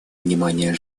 внимание